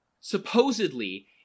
Supposedly